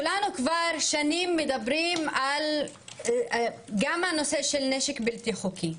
כולנו כבר שנים מדברים גם על הנושא של נשק בלתי חוקי,